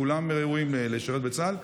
כולם ראויים לשרת בצה"ל,